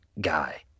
Guy